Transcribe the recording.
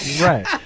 Right